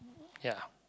ya